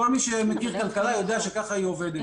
כל מי שמכיר כלכלה יודע שככה היא עובדת.